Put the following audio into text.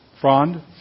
frond